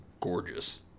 gorgeous